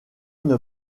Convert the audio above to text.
une